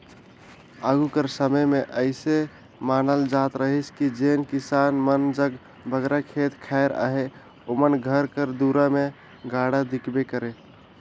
आघु कर समे मे अइसे मानल जात रहिस कि जेन किसान मन जग बगरा खेत खाएर अहे ओमन घर कर दुरा मे गाड़ा दिखबे करे